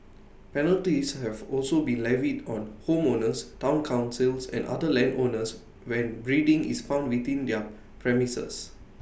penalties have also been levied on homeowners Town councils and other landowners when breeding is found within their premises